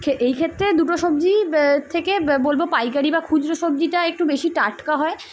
এই ক্ষেত্রে দুটো সবজি থেকে বলবো পাইকারি বা খুচরো সবজিটা একটু বেশি টাটকা হয়